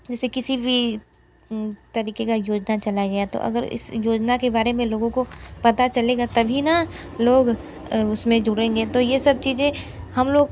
जैसे किसी भी तरीके का योजना चला गया तो अगर इस योजना के बारे में लोगों को पता चलेगा तभी न लोग उसमें जुड़ेंगे तो ये सब चीज़ें हम लोग